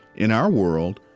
in our world,